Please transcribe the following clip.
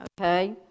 okay